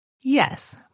Yes